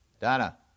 Donna